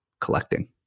collecting